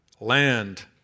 land